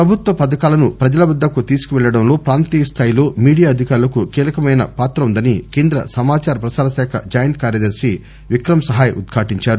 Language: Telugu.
ప్రభుత్వ పథకాలను ప్రజల వద్దకు తీసుకుపెళ్ళడంలో ప్రాంతీయ స్థాయిలో మీడియా అధికారులకు కీలకమైన పాత్ర ఉందని కేంద్ర సమాదార ప్రసార శాఖ జాయింట్ కార్యదర్ని విక్రమ్ సహాయ్ ఉద్ఘాటించారు